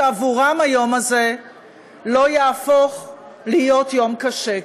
שעבורם היום הזה לא יהפוך להיות יום קשה.